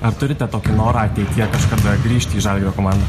ar turite tokį norą ateityje kažkada grįžti į žalgirio komandą